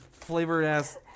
flavored-ass